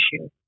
issue